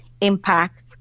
impact